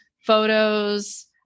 photos